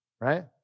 Right